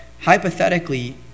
hypothetically